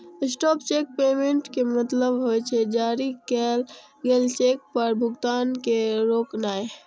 stop cheque payment के मतलब होइ छै, जारी कैल गेल चेक पर भुगतान के रोकनाय